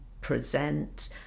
present